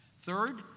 Third